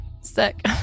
sick